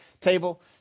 table